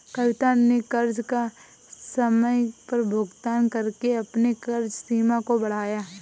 कविता ने कर्ज का समय पर भुगतान करके अपने कर्ज सीमा को बढ़ाया